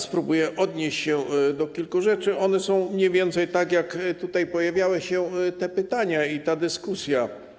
Spróbuję odnieść się do kilku rzeczy, omówię je mniej więcej tak, jak tutaj pojawiały się te pytania i ta dyskusja.